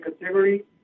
category